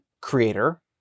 creator